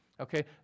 Okay